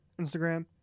instagram